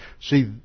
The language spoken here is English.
See